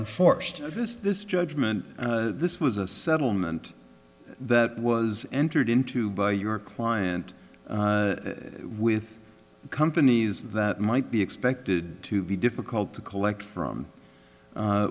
enforced this this judgment this was a settlement that was entered into by your client with companies that might be expected to be difficult to collect from